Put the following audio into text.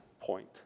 point